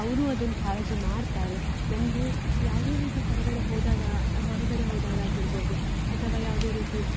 ಅವರು ಅದನ್ನು ಕಾಳಜಿ ಮಾಡ್ತಾರೆ ನನಗೆ ಯಾವುದೇ ರೀತಿ ಹೊರಗಡೆ ಹೋದಾಗ ಹೊರಗಡೆ ಹೋದಾಗ ಆಗಿರ್ಬೋದು ಅಥವಾ ಯಾವುದೇ ರೀತಿ